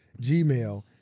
Gmail